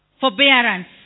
Forbearance